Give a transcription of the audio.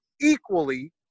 equally